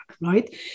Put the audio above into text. right